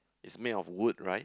it's made of wood right